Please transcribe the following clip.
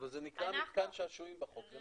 אבל זה נקרא מתקן שעשועים בחוק.